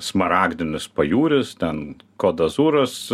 smaragdinis pajūris ten kot dazūras